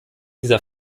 dieser